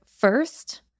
first